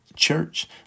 church